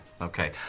Okay